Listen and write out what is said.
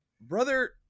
brother